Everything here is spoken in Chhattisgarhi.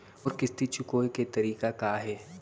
मोर किस्ती चुकोय के तारीक का हे?